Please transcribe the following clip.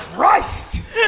Christ